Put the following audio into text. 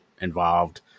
involved